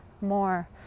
more